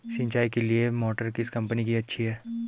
सिंचाई के लिए मोटर किस कंपनी की अच्छी है?